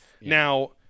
Now